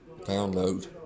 download